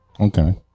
Okay